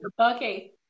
Okay